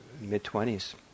mid-twenties